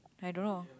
I don't know